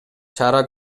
чара